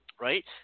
right